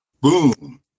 Boom